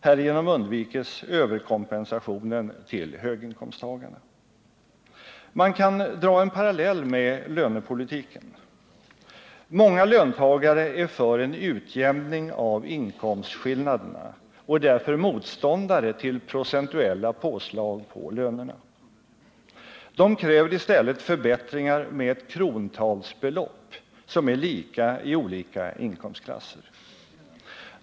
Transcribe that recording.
Härigenom undviks överkompensationen till höginkomsttagarna. Man kan dra en parallell med lönepolitiken. Många löntagare är för en utjämning av inkomstskillnaderna och är därför motståndare till procentuella påslag på lönerna. De kräver i stället förbättringar med ett krontalsbelopp som är lika i olika inkomstklasser.